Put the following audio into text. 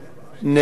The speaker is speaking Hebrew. נבלה,